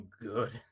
good